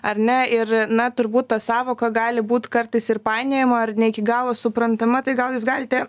ar ne ir na turbūt ta sąvoka gali būti kartais ir painiojama ar ne iki galo suprantama tai gal jūs galite